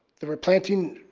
the replanting